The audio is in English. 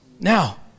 Now